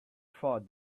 thought